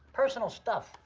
personal stuff,